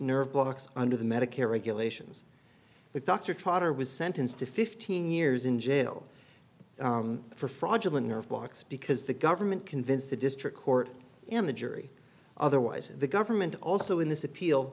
nerve blocks under the medicare regulations but dr trotter was sentenced to fifteen years in jail for fraudulent nerve blocks because the government convinced the district court and the jury otherwise the government also in this appeal